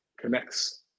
connects